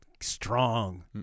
Strong